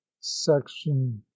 section